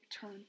turn